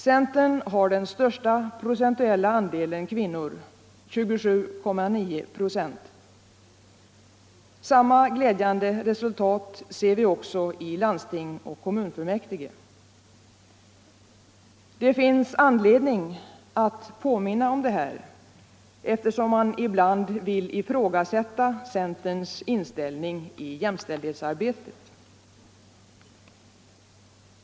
Centern har den största procentuella andelen kvinnor, 27,9 ”. Samma glädjande resultat ser vi också i landsting och kommunfullmäktige. Det finns anledning att påminna om detta eftersom man ibland vill ifrågasätta centerns inställning i jämställdhetsarbetet.